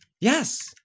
Yes